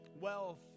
Wealth